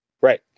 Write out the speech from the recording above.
Right